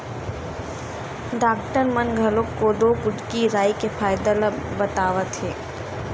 doctor मन घलोक कोदो, कुटकी, राई के फायदा ल बतावत हे